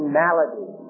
malady